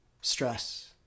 stress